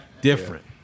Different